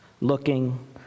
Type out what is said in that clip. Looking